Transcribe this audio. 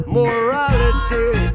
morality